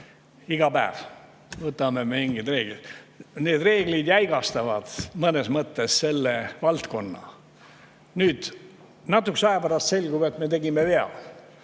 iga päev võtame vastu mingeid reegleid. Need reeglid jäigastavad mõnes mõttes selle valdkonna. Kui natukese aja pärast selgub, et me tegime vea,